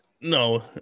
No